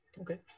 Okay